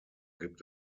gibt